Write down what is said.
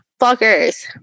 fuckers